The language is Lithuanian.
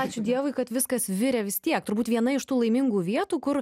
ačiū dievui kad viskas virė vis tiek turbūt viena iš tų laimingų vietų kur